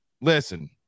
listen